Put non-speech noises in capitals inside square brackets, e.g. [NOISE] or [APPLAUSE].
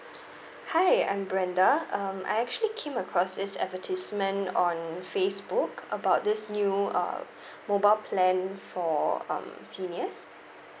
hi I'm brenda um I actually came across this advertisement on facebook about this new uh [BREATH] mobile plan for um seniors